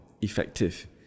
effective